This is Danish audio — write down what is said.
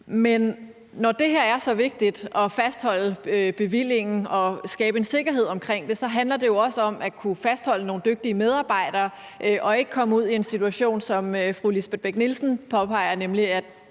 Men når det er så vigtigt at fastholde bevillingen og skabe en sikkerhed omkring det, så handler det jo også om at kunne fastholde nogle dygtige medarbejdere og ikke komme ud i en situation, som fru Lisbeth Bech-Nielsen påpeger, nemlig at